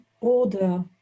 order